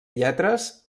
lletres